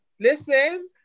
Listen